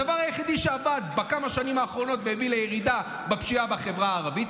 הדבר היחידי שעבד בכמה שנים האחרונות והביא לירידה בפשיעה הערבית,